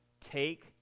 Take